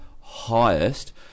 highest